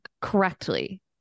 correctly